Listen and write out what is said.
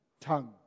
tongue